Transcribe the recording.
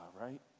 right